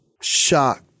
shocked